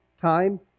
time